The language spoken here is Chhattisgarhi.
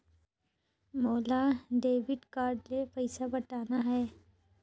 मोला डेबिट कारड ले पइसा पटाना हे?